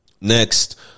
next